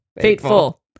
Fateful